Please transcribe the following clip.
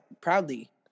proudly